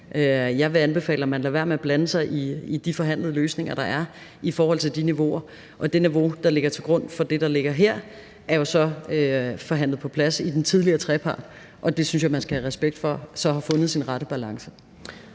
Jeg vil anbefale, at man lader være med at blande sig i de forhandlede løsninger, der er, i forhold til de niveauer. Og det niveau, der ligger til grund for det, der ligger her, er jo så forhandlet på plads i den tidligere trepartsforhandling. Og det synes jeg man skal have respekt for så har fundet sin rette balance.